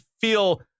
feel